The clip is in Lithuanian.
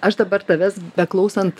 aš dabar tavęs beklausant